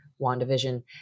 WandaVision